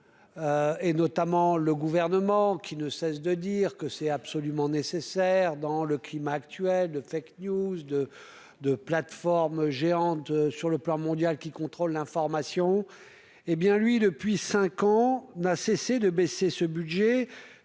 et notamment le gouvernement, qui ne cesse de dire que c'est absolument nécessaire dans le climat actuel de fake News de de plateformes géantes sur le plan mondial, qui contrôle l'information hé bien lui, depuis 5 ans n'a cessé de baisser ce budget,